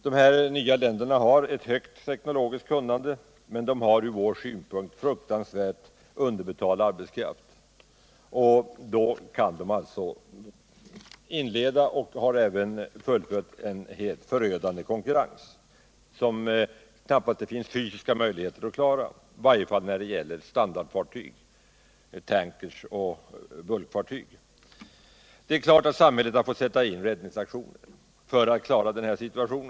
De här nya länderna har ett högt teknologiskt kunnande, men de har från vår synpunkt en fruktansvärt underbetald arbetskraft och har därför kunnat inleda och har även fullföljt en helt förödande konkurrens, som det knappast finns möjligheter att klara, i varje fall när det gäller standardfartyg, tankrar och bulkfartyg. Det är klart att samhället har fått sätta in räddningsaktioner för att klara denna situation.